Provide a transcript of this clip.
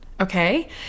okay